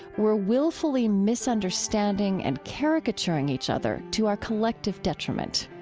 were willfully misunderstanding and caricaturing each other to our collective detriment.